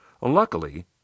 Luckily